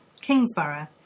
Kingsborough